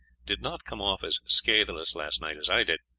did not come off as scatheless last night as i did,